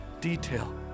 detail